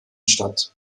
statt